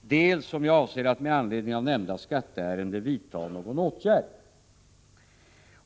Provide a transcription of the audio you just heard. dels om jag avser att med anledning av nämnda skatteärende vidta någon åtgärd.